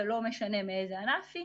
ולא משנה מאיזה ענף היא,